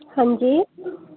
हां जी